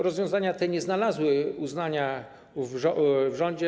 Rozwiązania te nie znalazły jednak uznania w rządzie.